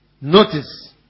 Notice